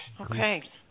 Okay